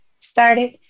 started